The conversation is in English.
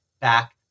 back